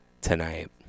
tonight